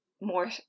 more